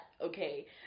okay